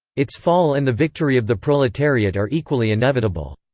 its fall and the victory of the proletariat are equally inevitable.